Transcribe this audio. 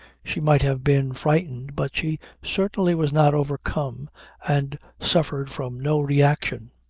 she might have been frightened but she certainly was not overcome and suffered from no reaction.